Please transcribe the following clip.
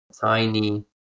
tiny